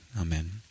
Amen